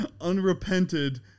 unrepented